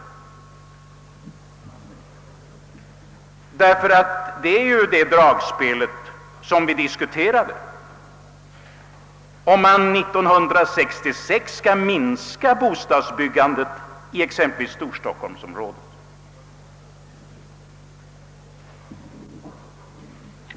Det är ett felaktigt handläggande av frågan, om bostadsbyggandet i storstockholmsområdet minskas under 1966.